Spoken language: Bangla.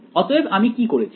অতএব আমি কি করেছি